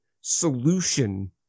solution